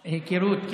היכרות,